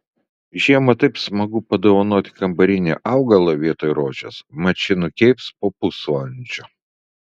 žiemą taip smagu padovanoti kambarinį augalą vietoj rožės mat ši nukeips po pusvalandžio